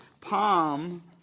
Palm